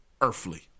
earthly